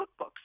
cookbooks